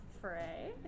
Frey